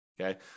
Okay